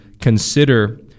consider